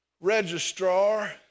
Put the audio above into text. registrar